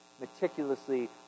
meticulously